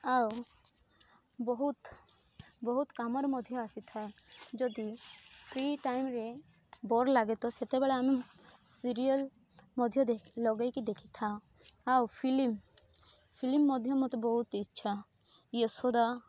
ଆଉ ବହୁତ ବହୁତ କାମରେ ମଧ୍ୟ ଆସିଥାଏ ଯଦି ଫ୍ରି ଟାଇମରେ ବୋର ଲାଗେ ତ ସେତେବେଳେ ଆମେ ସିରିଏଲ ମଧ୍ୟ ଲଗାଇକି ଦେଖିଥାଉ ଆଉ ଫିଲ୍ମ ଫିଲ୍ମ ମଧ୍ୟ ମତେ ବହୁତ ଇଚ୍ଛା ୟଶୋଦା